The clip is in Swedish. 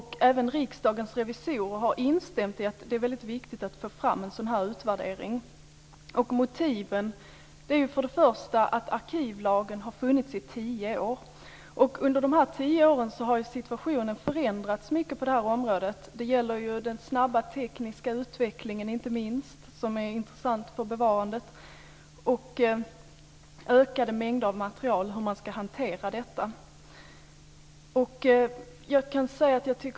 Även Riksdagens revisorer har instämt i att det är väldigt viktigt att få fram en sådan utvärdering. Motiven är först och främst att arkivlagen har funnits i tio år. Under de tio åren har situationen förändrats mycket på området. Det är inte minst den snabba tekniska utvecklingen, som är intressant för bevarandet, och hur man ska hantera ökade mängder av material.